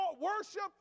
worship